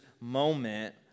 moment